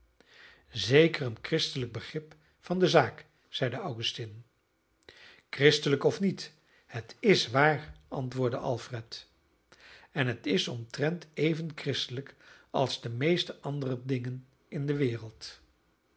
zeker een christelijk begrip van de zaak zeide augustine christelijk of niet het is waar antwoordde alfred en het is omtrent even christelijk als de meeste andere dingen in de wereld